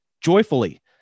joyfully